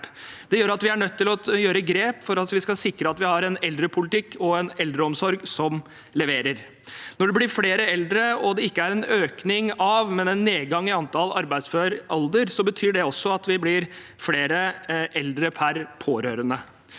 Det gjør at vi er nødt til å ta grep for at vi skal sikre at vi har en eldrepolitikk og en eldreomsorg som leverer. Når det blir flere eldre og det ikke er en økning av, men en nedgang i, antall innbyggere i arbeidsfør alder, betyr det også at vi blir flere eldre per pårørende.